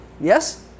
Yes